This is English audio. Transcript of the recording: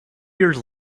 years